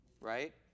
right